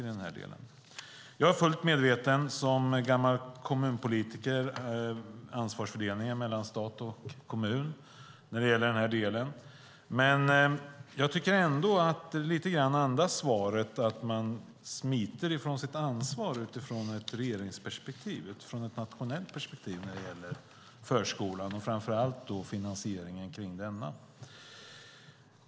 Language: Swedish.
Som gammal kommunpolitiker är jag fullt medveten om ansvarsfördelningen mellan stat och kommun när det gäller denna del. Men jag tycker ändå att svaret lite grann andas att man smiter från sitt ansvar utifrån ett regeringsperspektiv och utifrån ett nationellt perspektiv när det gäller förskolan och framför allt när det gäller finansieringen av denna.